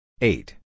eight